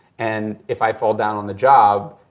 and if i fall down on the job,